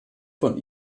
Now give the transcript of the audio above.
von